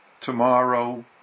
Tomorrow